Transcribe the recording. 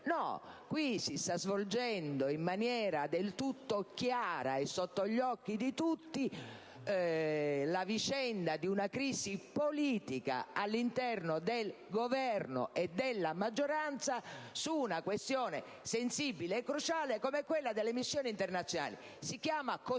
no, qui si sta svolgendo in maniera del tutto chiara e sotto gli occhi di tutti la vicenda di una crisi politica all'interno del Governo e della maggioranza su una questione sensibile e cruciale come quella delle missioni internazionali. Si chiama così,